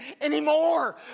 anymore